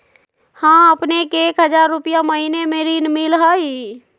हां अपने के एक हजार रु महीने में ऋण मिलहई?